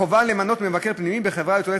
החובה למנות מבקר פנימי בחברות לתועלת